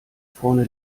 vorne